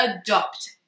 adopt